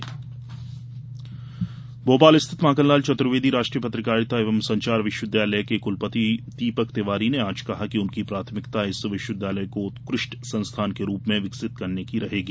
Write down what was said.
विश्वविद्यालय कुलपति भोपाल स्थित माखनलाल चतुर्वेदी राष्ट्रीय पत्रकारिता एवं संचार विश्वविद्यालय के कुलपति दीपक तिवारी ने आज कहा कि उनकी प्राथमिकता इस विश्वविद्यालय को उत्कृष्ट संस्थान के रूप में विकसित करने की रहेगी